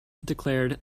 declared